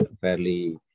fairly